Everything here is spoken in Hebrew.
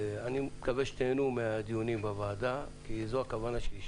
אני מקווה שתיהנו מהדיונים בוועדה כי זו הכוונה שלי,